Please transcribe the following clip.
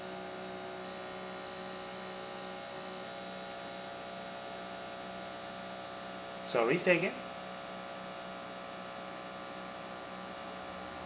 sorry say again